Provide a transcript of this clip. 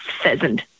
pheasant